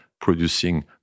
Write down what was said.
producing